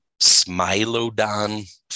smilodon